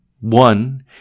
One